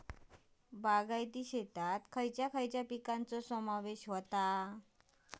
बागायती शेतात खयच्या खयच्या पिकांचो समावेश होता?